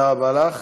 תודה רבה לך.